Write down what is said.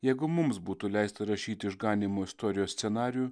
jeigu mums būtų leista rašyti išganymo istorijos scenarijų